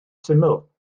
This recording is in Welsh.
syml